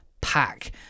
pack